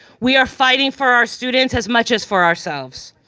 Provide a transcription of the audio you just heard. we're fighting for our students as much as for ourselves.